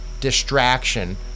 distraction